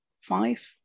five